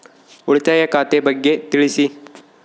ಉಳಿತಾಯ ಖಾತೆ ಬಗ್ಗೆ ತಿಳಿಸಿ?